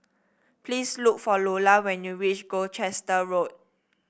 please look for Iola when you reach Gloucester Road